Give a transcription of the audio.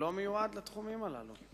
שכולו מיועד לתחומים הללו.